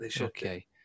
Okay